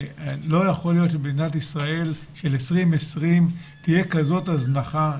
לא יכול להיות שבמדינת ישראל של 2020 תהיה כזאת הזנחה.